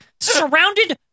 surrounded